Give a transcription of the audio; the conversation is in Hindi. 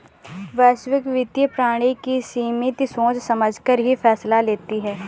वैश्विक वित्तीय प्रणाली की समिति सोच समझकर ही फैसला लेती है